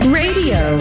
radio